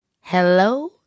Hello